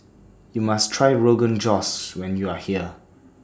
YOU must Try Rogan Josh when YOU Are here